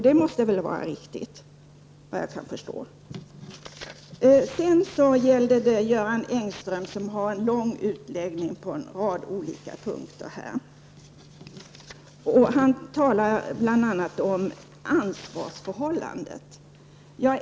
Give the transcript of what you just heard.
Det måste väl vara riktigt, såvitt jag kan förstå. Göran Engström gör en lång utläggning på en rad olika punkter. Han talar bl.a. om ansvarsförhållandet.